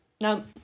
No